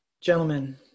Gentlemen